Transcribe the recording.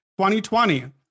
2020